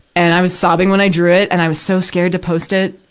and i was sobbing when i drew it, and i was so scared to post it,